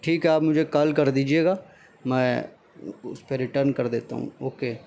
ٹھیک ہے آپ مجھے کال کر دیجیے گا میں اس پر ریٹن کر دیتا ہوں اوکے